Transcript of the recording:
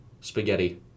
Spaghetti